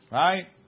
right